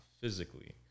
physically